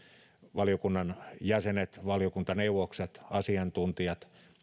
valiokunnan jäsenet valiokuntaneuvokset asiantuntijat